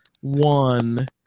One